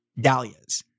dahlias